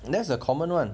that's a common [one]